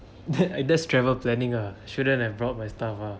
that's that's travel planning ah shouldn't have brought my stuff ah